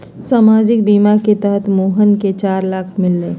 सामाजिक बीमा के तहत मोहन के चार लाख मिललई